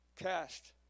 cast